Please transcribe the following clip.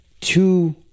two